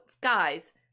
guys